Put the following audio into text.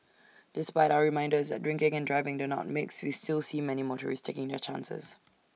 despite our reminders that drinking and driving do not mix we still see many motorists taking their chances